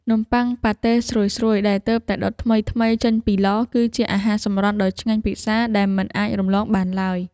នំបុ័ងប៉ាតេស្រួយៗដែលទើបតែដុតថ្មីៗចេញពីឡ គឺជាអាហារសម្រន់ដ៏ឆ្ងាញ់ពិសាដែលមិនអាចរំលងបានឡើយ។